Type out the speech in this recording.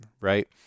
right